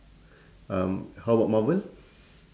um how about marvel